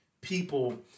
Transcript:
people